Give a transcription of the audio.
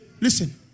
listen